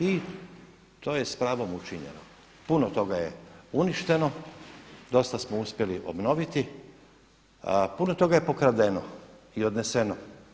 I to je s pravom učinjeno, puno toga je uništeno, dosta smo uspjeli obnoviti, puno toga je pokradeno ili odneseno.